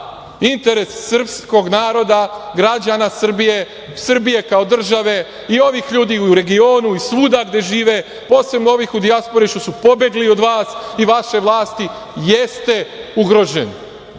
interes srpskog naroda, građana Srbije, Srbije kao država i ovih ljudi u regionu i svuda gde žive, posebno ovih u dijaspori što su pobegli od vas i vaše vlasti jeste ugrožen.